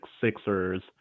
Sixers